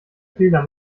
fehler